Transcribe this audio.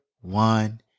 one